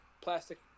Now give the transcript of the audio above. plastic